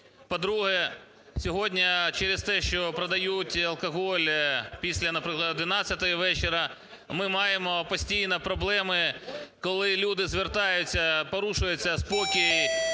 По-друге, сьогодні через те, що продають алкоголь після, наприклад, 11 вечора, ми маємо постійно проблеми, коли люди звертаються, порушується спокій,